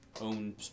own